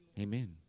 Amen